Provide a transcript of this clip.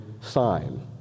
sign